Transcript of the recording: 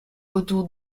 autour